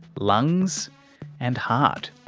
lungs and heart.